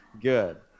Good